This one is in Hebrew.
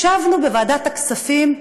ישבנו בוועדת הכספים,